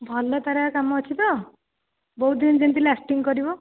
ଭଲ ତାର କାମ ଅଛି ତ ବହୁତ ଦିନ ଯେମିତି ଲାଷ୍ଟିଂ କରିବ